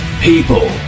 people